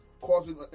Causing